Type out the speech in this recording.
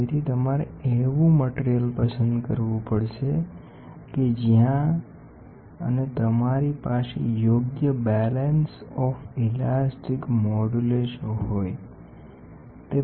તેથી તમારે એવી સામગ્રી પસંદ કરવી પડશે કે જ્યાં અને તમારી પાસે યોગ્ય ઇલાસ્ટીક મોડ્યુલ્સનું યોગ્ય બેલેન્સ હોય